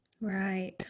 Right